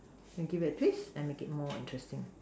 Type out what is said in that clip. then give it a twist and make it more interesting